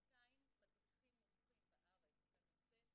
כ-200 מדריכים מומחים בארץ לנושא,